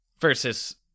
versus